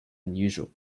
unusual